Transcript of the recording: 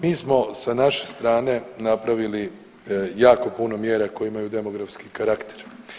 Mi smo sa naše strane napravili jako puno mjera koje imaju demografski karakter.